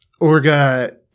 Orga